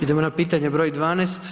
Idemo na pitanje br. 12.